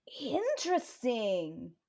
Interesting